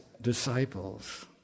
disciples